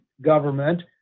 government